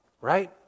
right